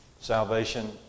salvation